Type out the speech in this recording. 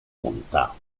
bontà